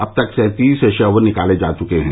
अब तक सैंतीस शव निकाले जा चुके हैं